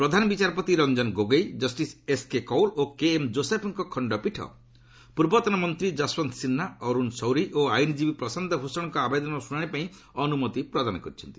ପ୍ରଧାନ ବିଚାରପତି Ranjan Gogoi justice S K Kaul ଓ K M ଯୋଶେଫ୍ଙ୍କ ଖଣ୍ଡପୀଠ ପୂର୍ବତନ ମନ୍ତ୍ରୀ ଯଶଓ୍ୱନ୍ତ ସିହ୍ନା ଅରୁଣ ସୌରୀ ଓ ଆଇନ୍ଜୀବୀ ପ୍ରଶାନ୍ତ ଭୂଷଣଙ୍କ ଆବେଦନର ଶୁଣାଣି ପାଇଁ ଅନୁମତି ପ୍ରଦାନ କରିଛନ୍ତି